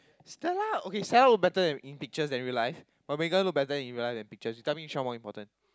Stella okay Stella look better in pictures than real life but Megan look better in real life than pictures you tell me which one more important